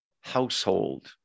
household